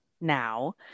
now